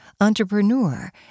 entrepreneur